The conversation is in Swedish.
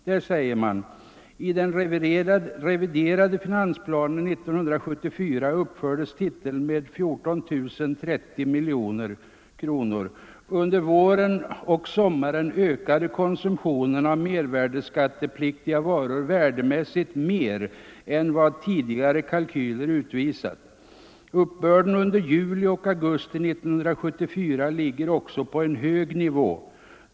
Man säger där: ”I den reviderade finansplanen 1974 uppfördes titeln med 14 030 mkr. Under våren och sommaren ökade konsumtionen av mervärdeskattepliktiga varor värdemässigt mer än vad tidigare kalkyler utvisat. Uppbörden under juli och augusti 1974 ligger också på en hög nivå.